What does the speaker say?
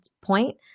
point